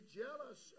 jealous